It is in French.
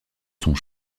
sont